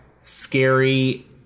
scary